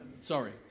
Sorry